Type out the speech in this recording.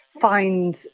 find